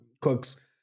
Cooks